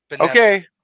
Okay